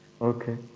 Okay